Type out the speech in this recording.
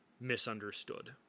misunderstood